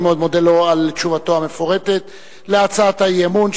אני מאוד מודה לו על תשובתו המפורטת על הצעת האי-אמון,